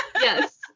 Yes